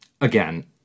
Again